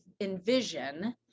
envision